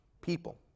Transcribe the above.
People